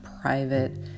private